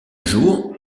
jour